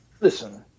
listen